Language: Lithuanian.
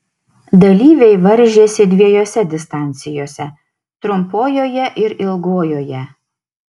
dalyviai varžėsi dviejose distancijose trumpojoje ir ilgojoje